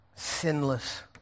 Sinless